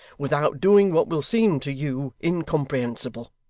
without doing what will seem to you incomprehensible